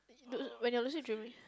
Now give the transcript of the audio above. when you are lucid dreaming